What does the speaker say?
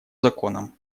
законом